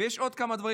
ויש עוד כמה דברים.